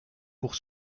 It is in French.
pour